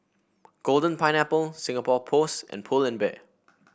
Golden Pineapple Singapore Post and Pull and Bear